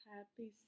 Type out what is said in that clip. Happy